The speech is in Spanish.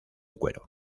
cuero